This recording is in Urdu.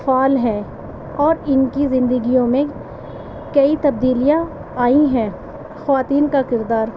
فعال ہیں اور ان کی زندگیوں میں کئی تبدیلیاں آئی ہیں خواتین کا کردار